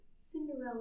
Cinderella